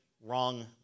wrong